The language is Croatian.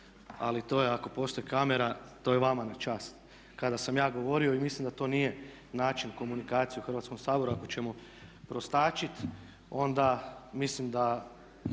ali to je ako postoji kamera to je vama na čast kada sam ja govorio i mislim da to nije način komunikacije u Hrvatskom saboru ako ćemo prostačiti onda mislim da